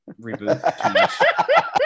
reboot